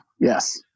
Yes